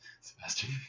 Sebastian